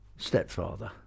Stepfather